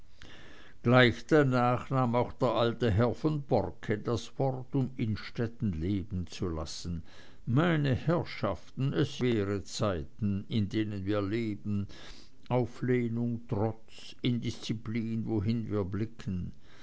gleich danach nahm auch der alte herr von borcke das wort um innstetten leben zu lassen meine herrschaften es sind schwere zeiten in denen wir leben auflehnung trotz indisziplin wohin wir blicken